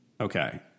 Okay